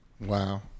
Wow